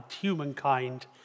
humankind